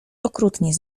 okrutnie